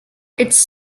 its